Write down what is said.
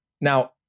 Now